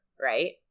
right